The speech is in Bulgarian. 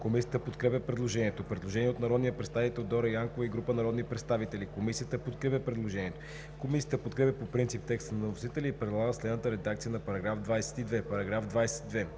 Комисията подкрепя предложението. Предложение от Дора Янкова и група народни представители. Комисията подкрепя предложението. Комисията подкрепя по принцип текста на вносителя и предлага следната редакция на § 22: „§ 22.